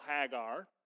Hagar